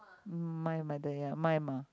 m~ my mother ya my mum